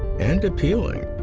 and appealing.